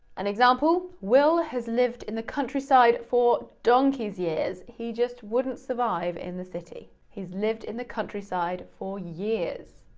an example, will has lived in the countryside for donkey's years. he just wouldn't survive in the city, he's lived in the countryside for years.